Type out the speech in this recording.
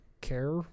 care